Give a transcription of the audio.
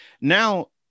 Now